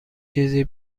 چیزی